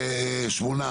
שמונה.